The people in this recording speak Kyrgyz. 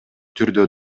түрдө